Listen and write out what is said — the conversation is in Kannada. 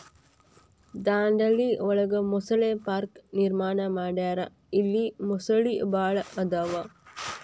ದಾಂಡೇಲಿ ಒಳಗ ಮೊಸಳೆ ಪಾರ್ಕ ನಿರ್ಮಾಣ ಮಾಡ್ಯಾರ ಇಲ್ಲಿ ಮೊಸಳಿ ಭಾಳ ಅದಾವ